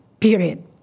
period